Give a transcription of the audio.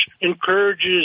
encourages